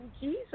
Jesus